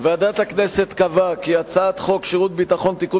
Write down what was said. ועדת הכנסת קבעה כי הצעת חוק שירות ביטחון (תיקון